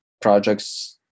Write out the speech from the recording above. projects